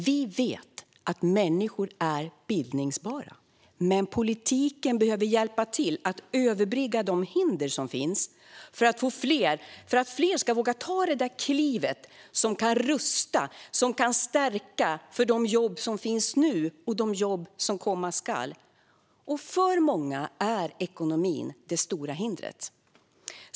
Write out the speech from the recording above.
Vi vet att människor är bildningsbara. Men politiken behöver hjälpa till att överbrygga de hinder som finns för att fler ska våga ta det där klivet som kan rusta och stärka för de jobb som finns nu och de jobb som komma skall. För många är ekonomin det stora hindret.